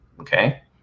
Okay